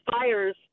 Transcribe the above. fires